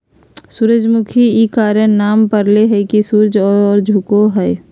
सूरजमुखी इ कारण नाम परले की सूर्य की ओर झुको हइ